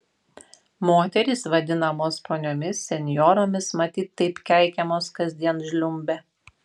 moterys vadinamos poniomis senjoromis matyt taip keikiamos kasdien žliumbia